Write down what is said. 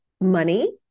Money